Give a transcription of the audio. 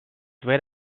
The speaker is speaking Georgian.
ვერ